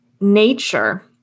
nature